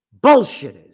Bullshitters